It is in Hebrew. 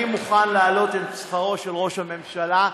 אני מוכן להעלות את שכרו של ראש הממשלה,